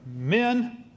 Men